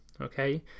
okay